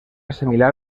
similar